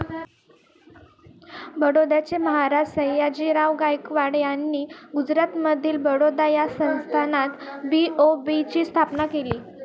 बडोद्याचे महाराज सयाजीराव गायकवाड यांनी गुजरातमधील बडोदा या संस्थानात बी.ओ.बी ची स्थापना केली